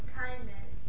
kindness